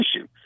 issue